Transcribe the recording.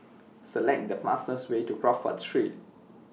Select The fastest Way to Crawford Street